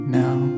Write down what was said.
now